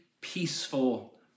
peaceful